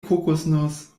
kokosnuss